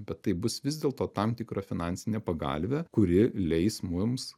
bet tai bus vis dėlto tam tikrą finansinę pagalvė kuri leis mums